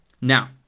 Now